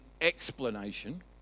explanation